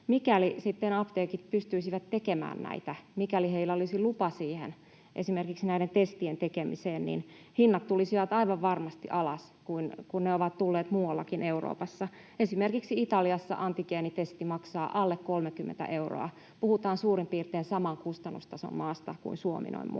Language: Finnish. sitten apteekit pystyisivät tekemään näitä, mikäli heillä olisi lupa esimerkiksi näiden testien tekemiseen, hinnat tulisivat aivan varmasti alas, niin kuin ne ovat tulleet muuallakin Euroopassa. Esimerkiksi Italiassa antigeenitesti maksaa alle 30 euroa, ja puhutaan suurin piirtein saman kustannustason maasta kuin Suomi noin muuten.